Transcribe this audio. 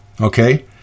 Okay